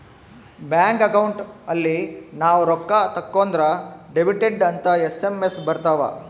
bank account ಅಲ್ಲಿ ನಾವ್ ರೊಕ್ಕ ತಕ್ಕೊಂದ್ರ ಡೆಬಿಟೆಡ್ ಅಂತ ಎಸ್.ಎಮ್.ಎಸ್ ಬರತವ